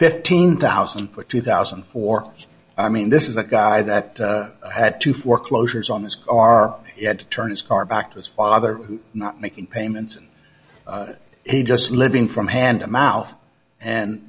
fifteen thousand for two thousand and four i mean this is a guy that had two foreclosures on this our he had to turn his car back to his father not making payments and he just living from hand to mouth and